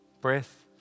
breath